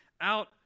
out